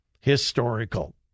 Historical